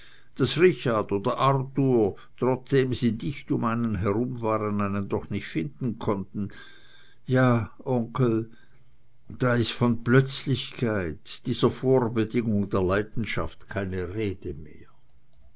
daß richard oder arthur trotzdem sie dicht um einen herum waren einen doch nicht finden konnten ja onkel da ist von plötzlichkeit dieser vorbedingung der leidenschaft keine rede mehr